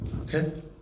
Okay